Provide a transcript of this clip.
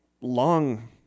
long